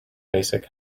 basic